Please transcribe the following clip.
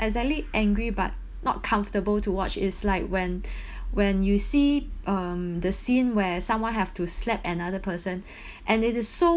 exactly angry but not comfortable to watch is like when when you see um the scene where someone have to slap another person and they is so